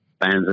fans